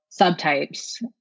subtypes